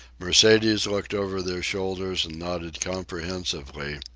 mercedes looked over their shoulders and nodded comprehensively,